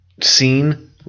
Scene